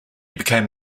became